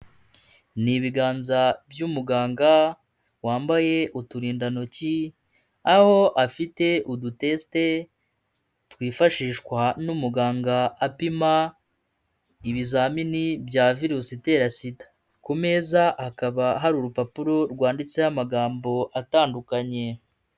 Ni ibiganza by'umuganga wambaye uturindantoki aho afite udutesite twifashishwa n'umuganga apima ibizamini bya virusi itera sida, ku meza hakaba hari urupapuro rwanditseho amagambo atandukanye.